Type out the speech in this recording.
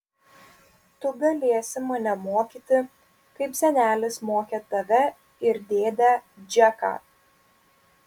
tu galėsi mane mokyti kaip senelis mokė tave ir dėdę džeką